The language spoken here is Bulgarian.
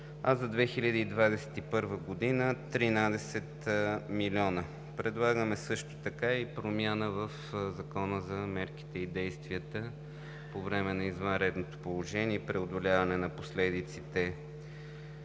а за 2021 г. – 13 млн. лв. Предлагаме също така и промяна в Закона за мерките и действията по време на извънредното положение и преодоляване на последиците